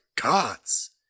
gods